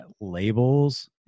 labels